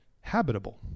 habitable